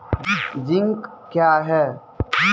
Zinc क्या हैं?